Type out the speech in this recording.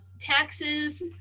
Taxes